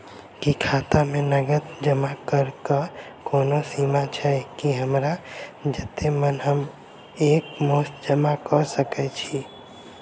की खाता मे नगद जमा करऽ कऽ कोनो सीमा छई, की हमरा जत्ते मन हम एक मुस्त जमा कऽ सकय छी?